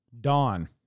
dawn